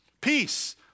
peace